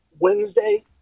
Wednesday